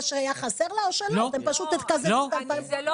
שהיה חסר לה או שאתם פשוט תקזזו את ה-2,500?